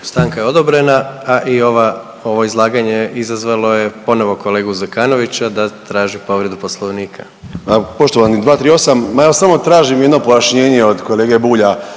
stanka je odobrena, a i ova, ovo izlaganje izazvalo je ponovo kolegu Zekanovića da traži povredu Poslovnika. **Zekanović, Hrvoje (HDS)** Poštovani 238., ma evo samo tražim jedno pojašnjenje od kolege Bulja.